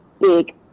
big